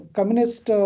Communist